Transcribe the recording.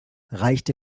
reichte